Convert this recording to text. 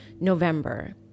November